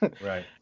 Right